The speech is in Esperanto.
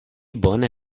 bone